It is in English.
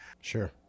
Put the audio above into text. Sure